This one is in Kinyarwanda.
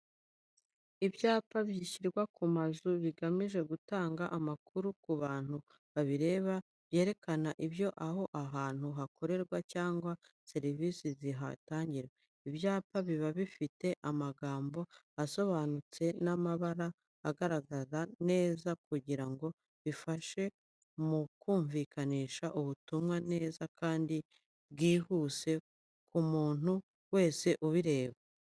Ibyapa bishyirwa ku mazu bigamije gutanga amakuru ku bantu babireba, byerekana ibyo aho hantu hakorerwa cyangwa serivisi zihatangirwa. Ibyapa biba bifite amagambo asobanutse n'amabara agaragara neza, kugira ngo bifashe mu kumvikanisha ubutumwa neza kandi bwihuse ku muntu wese ubireba.